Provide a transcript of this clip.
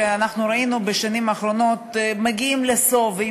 שאנחנו ראינו בשנים האחרונות שמגיעים לסוף התקופה,